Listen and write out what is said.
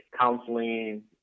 counseling